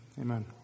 amen